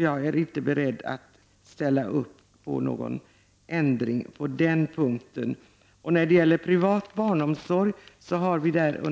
Jag är inte beredd att ställa upp på någon ändring på den punkten. När det gäller privat barnomsorg har vi